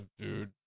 dude